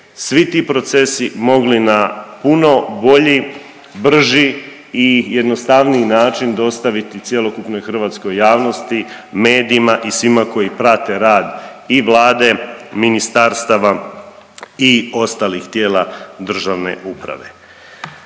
svi ti procesi mogli na puno bolji, brži i jednostavniji način dostaviti cjelokupnoj hrvatskoj javnosti, medijima i svima koji prate rad i Vlade, ministarstava i ostalih tijela države uprave.